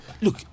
Look